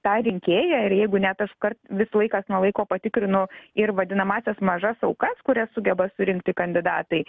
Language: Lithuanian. tą rinkėją ir jeigu net aš karts vis laikas nuo laiko patikrinu ir vadinamąsias mažas aukas kurias sugeba surinkti kandidatai